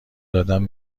دادن